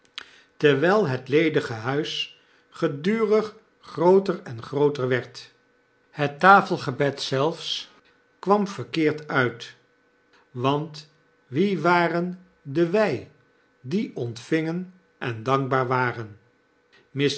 terwjjl het ledige huis gedurig grooter en grooter werd het tafelgebed zelfs kwam verkeerd uit want wie waren de w y die ontvingen en dankbaar waren